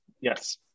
Yes